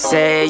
Say